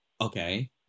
Okay